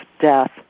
death